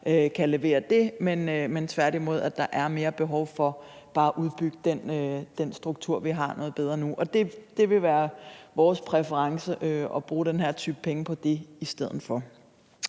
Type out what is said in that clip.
kan levere det, men at der tværtimod er mere behov for at udbygge den struktur, vi har, noget bedre nu. Det vil være vores præference at bruge den her type penge på det i stedet for.